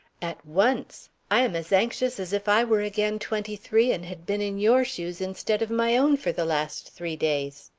at once i am as anxious as if i were again twenty-three and had been in your shoes instead of my own for the last three days.